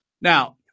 Now